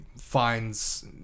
finds